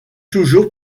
toujours